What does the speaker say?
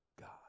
God